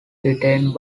detained